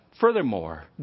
furthermore